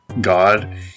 God